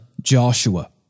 Joshua